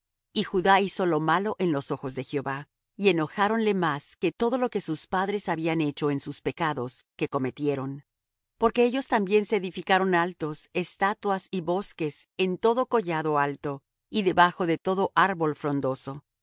y judá hizo lo malo en los ojos de jehová y enojáronle más que todo lo que sus padres habían hecho en sus pecados que cometieron porque ellos también se edificaron altos estatuas y bosques en todo collado alto y debajo de todo árbol frondoso y